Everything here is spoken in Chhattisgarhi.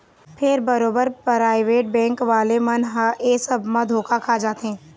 फेर बरोबर पराइवेट बेंक वाले मन ह ऐ सब म धोखा खा जाथे